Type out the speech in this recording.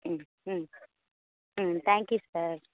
ம் ம் ம் தேங்க்யூ சார்